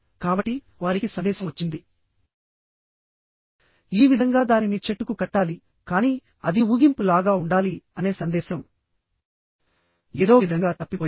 కాబట్టి వారికి సందేశం వచ్చింది ఈ విధంగా దానిని చెట్టుకు కట్టాలికానీ అది ఊగింపు లాగా ఉండాలి అనే సందేశంఏదో విధంగా తప్పిపోయింది